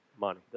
Money